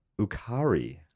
ukari